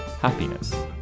happiness